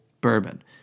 bourbon